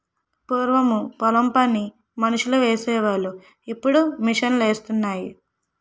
పూరము పొలం పని మనుసులు సేసి వోలు ఇప్పుడు మిషన్ లూసేత్తన్నాయి